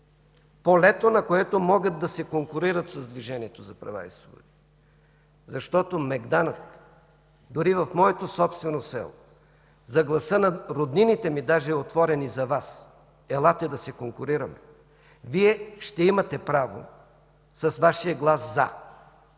полето, на което могат да се конкурират с Движението за права и свободи. Защото мегданът дори в моето собствено село, отворен за гласа на роднините ми, даже е отворен и за Вас. Елате да се конкурираме. Вие ще имате право с Вашия глас „за”.